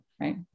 Right